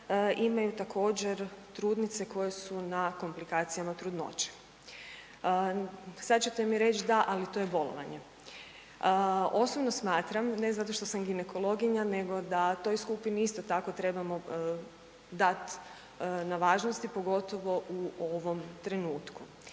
imaju također, trudnice koje su na komplikacijama trudnoće. Sad ćete mi reći da, ali to je bolovanje. Osobno smatram, ne zato što sam ginekologinja nego da toj skupini isto tako trebamo dati na važnosti, pogotovo u ovom trenutku